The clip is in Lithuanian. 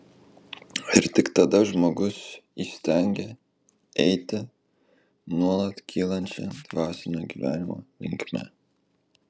ir tik tada žmogus įstengia eiti nuolat kylančia dvasinio gyvenimo linkme